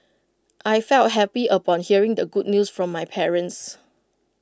I felt happy upon hearing the good news from my parents